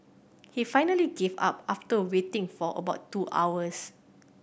he finally gave up after waiting for about two hours